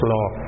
Law